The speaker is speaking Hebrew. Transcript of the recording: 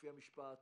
מופיע משפט